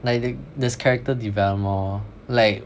like the~ there's character development lor like